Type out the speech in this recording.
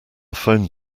phone